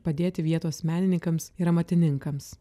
padėti vietos menininkams ir amatininkams